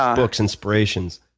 um books, inspirations?